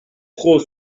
trop